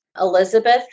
Elizabeth